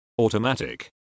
automatic